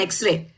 X-ray